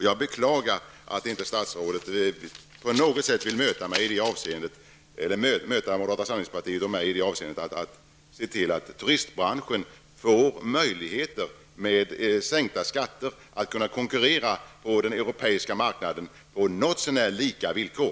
Jag beklagar att statsrådet inte på något sätt vill gå moderata samlingspartiet och mig till mötes genom att se till att turistbranschen genom sänkta skatter får möjligheter att konkurrera på den europeiska marknaden på något så när lika villkor.